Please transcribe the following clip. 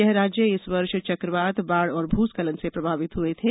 यह राज्य इस वर्ष चक्रवात बाढ़ और भूस्खलन से प्रभावित हुए थे